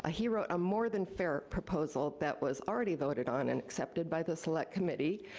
ah he wrote a more than fair proposal that was already voted on and accepted by the select committee.